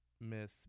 miss